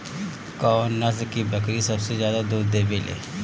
कौन नस्ल की बकरी सबसे ज्यादा दूध देवेले?